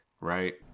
right